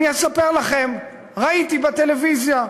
אני אספר לכם, ראיתי בטלוויזיה.